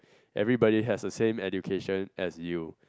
everybody has a same education as you